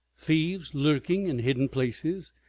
thieves lurking in hidden places,